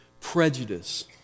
Prejudice